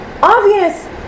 obvious